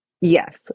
Yes